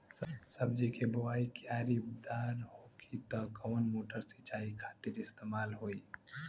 सब्जी के बोवाई क्यारी दार होखि त कवन मोटर सिंचाई खातिर इस्तेमाल होई?